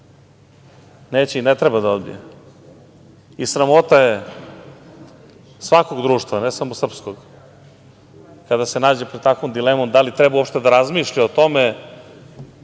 Neće i ne treba da odbije i sramota je svakog društva, ne samo srpskog, kada se nađe pred takvom dilemom da li treba uopšte da razmišlja o tome